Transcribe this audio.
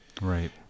Right